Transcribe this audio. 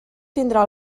tindrà